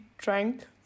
drank